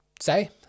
say